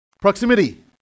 Proximity